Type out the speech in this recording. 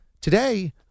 today